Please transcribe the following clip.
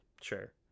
Sure